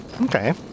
Okay